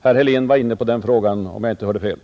Herr Helén var inne på den frågan, om jag inte hörde fel.